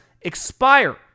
expire